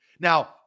Now